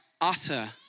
utter